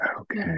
Okay